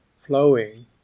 flowing